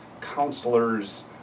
counselors